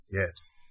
Yes